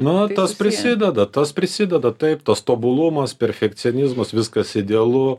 na tas prisideda tas prisideda taip tas tobulumas perfekcionizmas viskas idealu